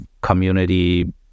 community